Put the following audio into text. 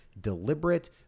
deliberate